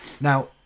Now